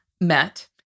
met